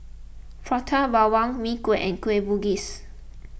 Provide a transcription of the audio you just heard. Prata Bawang Mee Kuah and Kueh Bugis